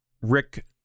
Rick